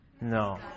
No